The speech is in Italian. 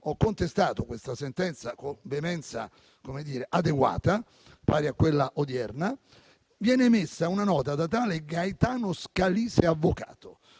contestato questa sentenza con veemenza adeguata, pari a quella odierna, viene emessa una nota da tale Gaetano Scalise, avvocato,